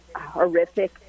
horrific